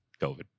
COVID